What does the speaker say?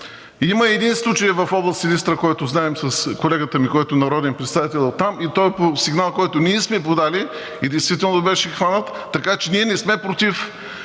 Има един случай в област Силистра, който знаем с колегата ми, който е народен представител оттам, и той е по сигнал, който ние сме подали, и действително беше хванат. Така че ние не сме против